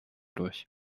durch